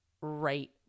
right